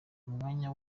umwanya